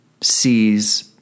sees